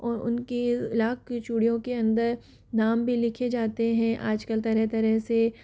और उन की लाक की चूड़ियों के अंदर नाम भी लिखे जाते हैं आज कल तरह तरह से